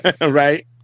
right